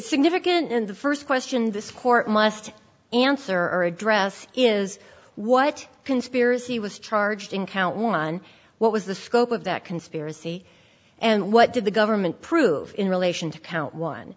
significant and the first question this court must answer or address is what conspiracy was charged in count one what was the scope of that conspiracy and what did the government prove in relation to count on